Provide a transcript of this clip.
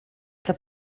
que